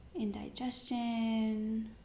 indigestion